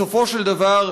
בסופו של דבר,